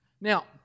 Now